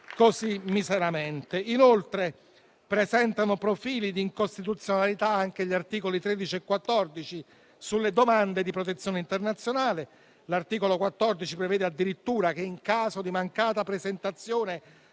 così miseramente. Presentano inoltre profili di incostituzionalità anche gli articoli 13 e 14 sulle domande di protezione internazionale. L'articolo 14 prevede addirittura che, in caso di mancata presentazione